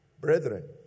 Brethren